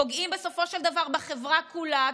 פוגעים בסופו של דבר בחברה כולה,